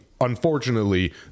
Unfortunately